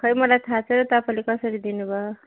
खै मलाई थाहा छैन तपाईँले कसरी दिनुभयो